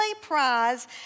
prize